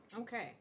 Okay